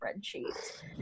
spreadsheet